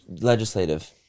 legislative